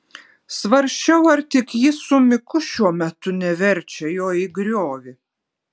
svarsčiau ar tik ji su miku šiuo metu neverčia jo į griovį